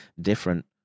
different